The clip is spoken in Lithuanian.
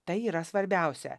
tai yra svarbiausia